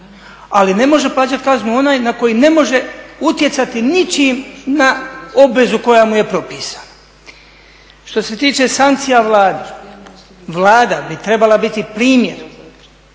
Ali ne može plaćati kaznu onaj na koji ne može utjecati ničim na obvezu koja mu je propisana. Što se tiče sankcija Vlade, Vlada bi trebala biti primjer